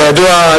כידוע,